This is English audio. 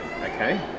Okay